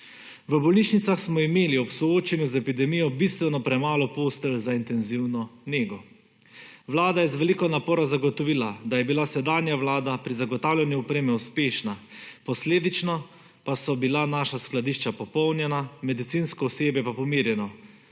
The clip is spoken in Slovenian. V bolnišnicah smo imeli ob soočanju z epidemijo bistveno premalo postelj za intenzivno nego. Vlada je z veliko napora zagotovila, da je bila sedanja vlada pri zagotavljanju opreme uspešna, posledično pa so bila naša skladišča popolnjena, medicinsko osebje pa pomirjeno,